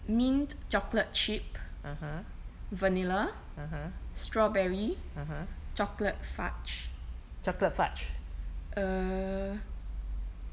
mint chocolate chip vanilla strawberry chocolate fudge uh